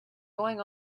going